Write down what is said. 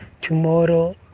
tomorrow